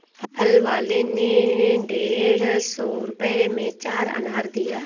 फल वाले ने डेढ़ सौ रुपए में चार अनार दिया